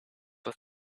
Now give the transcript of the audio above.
for